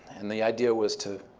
and the idea was to,